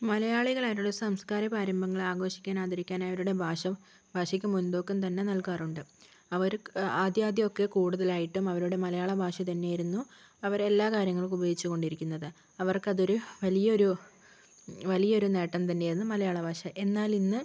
മലയാളികൾ അവരുടെ സാംസ്കാരിക പാരമ്പര്യങ്ങളെ ആഘോഷിക്കാനും ആദരിക്കാനും അവരുടെ ഭാഷ ഭാഷയ്ക്ക് മുൻതൂക്കം തന്നെ നൽകാറുണ്ട് അവർ ആദ്യമാദ്യമൊക്കെ കൂടുതലായിട്ടും അവരുടെ മലയാള ഭാഷ തന്നെയായിരുന്നു അവരെല്ലാ കാര്യങ്ങൾക്കും ഉപയോഗിച്ചുകൊണ്ടിരിക്കുന്നത് അവർക്കതൊരു വലിയ ഒരു വലിയൊരു നേട്ടം തന്നെയായിരുന്നു മലയാള ഭാഷ എന്നാലിന്ന്